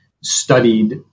studied